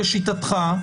לשיטתך,